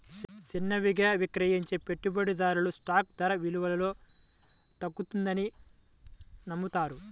చిన్నవిగా విక్రయించే పెట్టుబడిదారులు స్టాక్ ధర విలువలో తగ్గుతుందని నమ్ముతారు